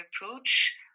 approach